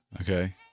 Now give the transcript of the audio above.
Okay